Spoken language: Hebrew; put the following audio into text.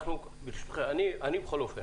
אני בכל אופן,